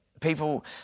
People